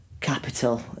Capital